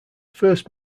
first